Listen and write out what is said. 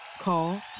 Call